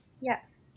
Yes